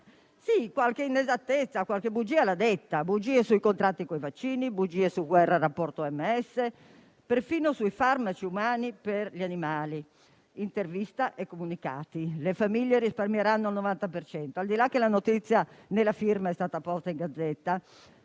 Sì, qualche inesattezza, qualche bugia l'ha detta; bugie sui contratti per i vaccini, su Guerra e il rapporto OMS, perfino sui farmaci umani per gli animali, intervista e comunicati (le famiglie risparmieranno il 90 per cento). Al di là del fatto che la notizia della firma è stata posta in Gazzetta,